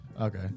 Okay